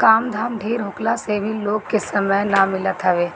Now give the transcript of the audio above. काम धाम ढेर होखला से भी लोग के समय ना मिलत हवे